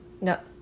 No